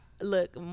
look